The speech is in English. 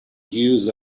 use